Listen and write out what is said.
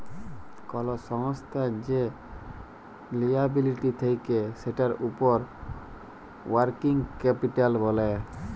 call সংস্থার যে liability থাক্যে সেটার উপর ওয়ার্কিং ক্যাপিটাল ব্যলে